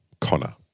Connor